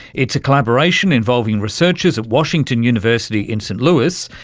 it's a collaboration involving researchers at washington university in st louis,